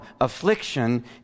affliction